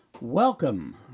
Welcome